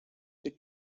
the